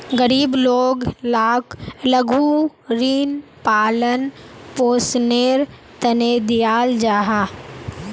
गरीब लोग लाक लघु ऋण पालन पोषनेर तने दियाल जाहा